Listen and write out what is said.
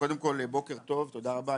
קודם כל בוקר טוב, תודה רבה.